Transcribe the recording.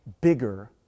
bigger